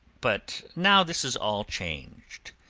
but now this is all changed.